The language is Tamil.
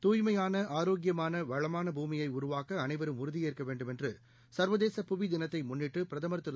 தூய்மையான ஆ ரோக்கியமான வளமானபூமியைஉருவாக்கஅனைவரும்உறுதியேற்கவேண்டும்என்றுசர்வ தேசபுவிதினத்தைமுன்னிட்டுபிரதமர்திரு